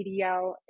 pdl